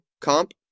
comp